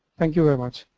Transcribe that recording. thank you very much.